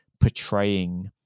portraying